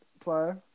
player